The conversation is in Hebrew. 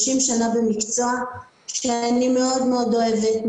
30 שנה במקצוע שאני מאוד מאוד אוהבת,